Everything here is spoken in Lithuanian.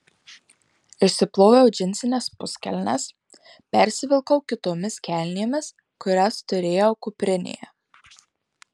išsiploviau džinsines puskelnes persivilkau kitomis kelnėmis kurias turėjau kuprinėje